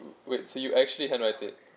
wait so you actually hand write it